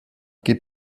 geht